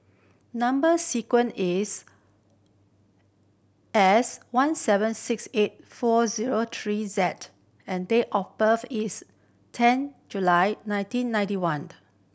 number sequence is S one seven six eight four zero three Z and date of birth is ten July nineteen ninety one